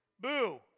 Boo